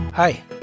Hi